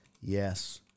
Yes